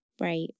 Right